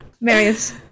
Marius